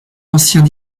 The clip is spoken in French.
anciens